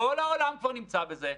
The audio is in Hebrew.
הרי כל הרעיון של חוק הנכים היה: